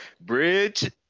Bridge